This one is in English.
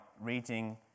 reading